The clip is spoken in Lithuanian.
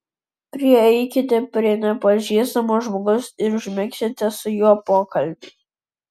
prieikite prie nepažįstamo žmogaus ir užmegzkite su juo pokalbį